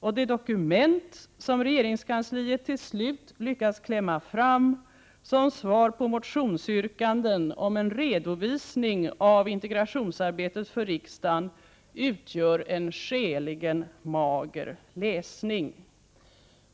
Och det dokument som regeringskansliet till slut lyckats klämma fram som svar på motionsyrkanden om en redovisning av integrationsarbetet för riksdagen utgör en skäligen mager läsning.